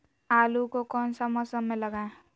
आलू को कौन सा मौसम में लगाए?